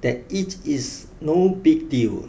that it is no big deal